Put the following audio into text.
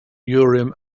urim